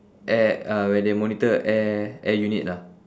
air uh where they monitor air air unit lah